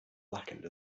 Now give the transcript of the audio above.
blackened